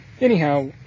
Anyhow